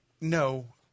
No